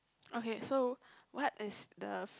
okay so what is the